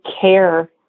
care